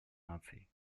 наций